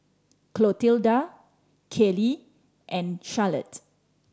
Clotilda Kayley and Charlotte